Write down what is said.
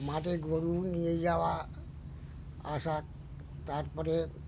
মাঠে গরু নিয়ে যাওয়া আসা তারপরে